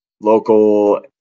local